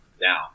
down